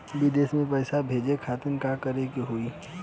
विदेश मे पैसा भेजे खातिर का करे के होयी?